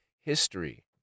history